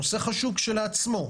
נושא חשוב כשלעצמו,